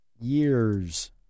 years